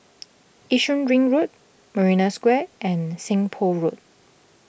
Yishun Ring Road Marina Square and Seng Poh Road